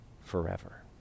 forever